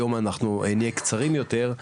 היום אנחנו נהיה קצרים יותר,